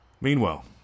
Meanwhile